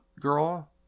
Girl